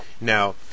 Now